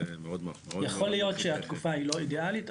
יכול להיות שהתקופה היא לא אידיאלית,